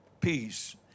peace